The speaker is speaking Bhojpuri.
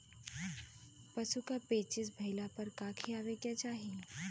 पशु क पेचिश भईला पर का खियावे के चाहीं?